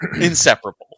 inseparable